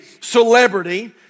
celebrity